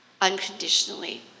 unconditionally